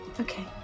Okay